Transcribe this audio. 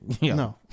No